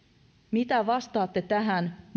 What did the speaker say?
mitä vastaatte tähän